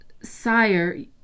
Sire